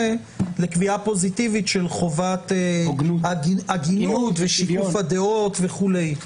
לקביעה פוזיטיבית של חובת הגינות ושיקוף הדעות וכולי.